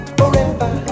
forever